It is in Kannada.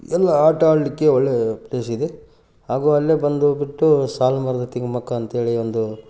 ಎಲ್ಲ ಆಟ ಆಡಲಿಕ್ಕೆ ಒಳ್ಳೆಯ ಪ್ಲೇಸ್ ಇದೆ ಹಾಗೂ ಅಲ್ಲೇ ಬಂದು ಬಿಟ್ಟು ಸಾಲು ಮರದ ತಿಮ್ಮಕ್ಕ ಅಂತ್ಹೇಳಿ ಒಂದು